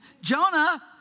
Jonah